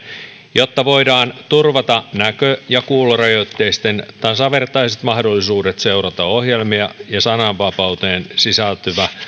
jotta voidaan turvata näkö ja kuulorajoitteisten tasavertaiset mahdollisuudet seurata ohjelmia ja sananvapauteen sisältyvä